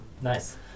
Nice